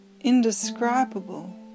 indescribable